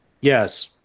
Yes